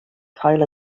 cael